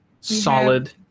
solid